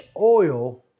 oil